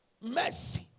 Mercy